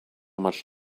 much